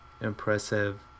impressive